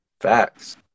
Facts